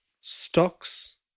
stocks